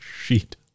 sheet